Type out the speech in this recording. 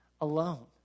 alone